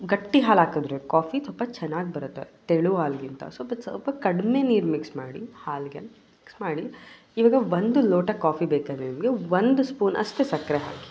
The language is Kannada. ಗಟ್ಟಿ ಹಾಲಾಕಿದ್ರೆ ಕಾಫಿ ಸ್ವಲ್ಪ ಚೆನ್ನಾಗಿ ಬರುತ್ತೆ ತೆಳು ಹಾಲಿಗಿಂತ ಸ್ವಲ್ಪ ಸ್ವಲ್ಪ ಕಡಿಮೆ ನೀರು ಮಿಕ್ಸ್ ಮಾಡಿ ಹಾಲಿಗೆ ಮಿಕ್ಸ್ ಮಾಡಿ ಇವಾಗ ಒಂದು ಲೋಟ ಕಾಫಿ ಬೇಕಾ ನಿಮಗೆ ಒಂದು ಸ್ಪೂನ್ ಅಷ್ಟೇ ಸಕ್ಕರೆ ಹಾಕಿ